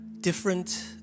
different